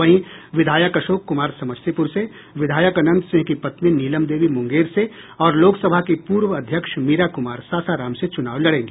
वहीं विधायक अशोक कुमार समस्तीपुर से विधायक अनंत सिंह की पत्नी नीलम देवी मुंगेर से और लोक सभा की पूर्व अध्यक्ष मीरा कुमार सासाराम से चुनाव लड़ेंगी